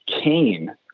Cain